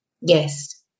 Yes